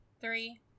Three